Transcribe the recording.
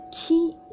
key